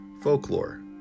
folklore